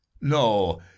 No